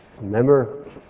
Remember